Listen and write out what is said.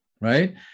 right